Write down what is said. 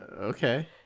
Okay